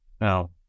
Now